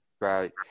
Right